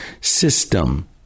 system